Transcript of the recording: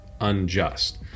unjust